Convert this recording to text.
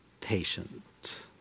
patient